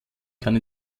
kann